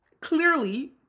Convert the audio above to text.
clearly